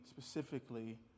specifically